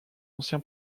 ancien